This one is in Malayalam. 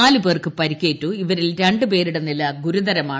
നാല് പേർക്ക് പരിക്കേറ്റു ഇവരിൽ ർണ്ട് പേരുടെ നില ഗുരുതരമാണ്